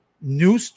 new